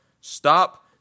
stop